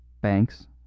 banks